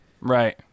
Right